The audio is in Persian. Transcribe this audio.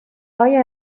آیا